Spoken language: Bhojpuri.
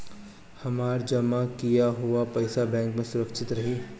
हमार जमा किया हुआ पईसा बैंक में सुरक्षित रहीं?